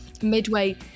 midway